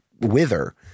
wither